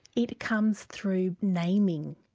it it comes through naming,